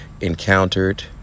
encountered